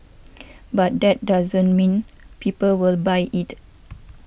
but that doesn't mean people will buy it